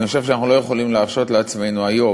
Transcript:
אני חושב שאנחנו לא יכולים להרשות לעצמנו היום,